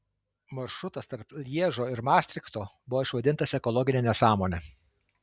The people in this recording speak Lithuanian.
maršrutas tarp lježo ir mastrichto buvo išvadintas ekologine nesąmone